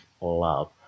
love